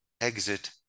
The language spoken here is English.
exit